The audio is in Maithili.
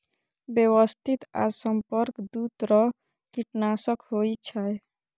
व्यवस्थित आ संपर्क दू तरह कीटनाशक होइ छै